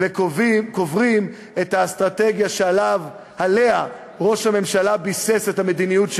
וקוברים את האסטרטגיה שעליה ראש הממשלה ביסס את המדיניות שלו.